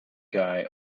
guy